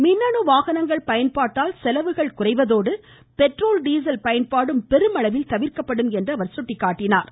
மின்னணு வாகனங்கள் பயன்பாட்டால் செலவு குறைவதோடு பெட்ரோல் டீசல் பயன்பாடும் பெருமளவில் தவிர்க்கப்படும் என்றார்